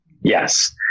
Yes